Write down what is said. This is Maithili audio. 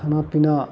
खाना पीना